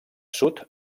sud